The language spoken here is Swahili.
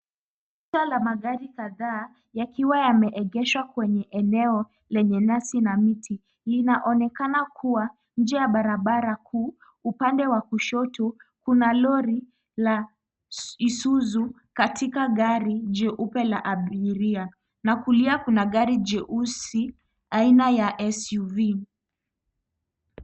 Mtari ya magari kadhaa yakiwa yameegeshwa kwenye eneo lenye nasi na miti. Linaonekana kuwa nje ya barabara kuu, upande wa kushoto, kuna lori la Isuzu katika gari jeupe la abiria na kulia kuna gari jeusi aina ya SUV.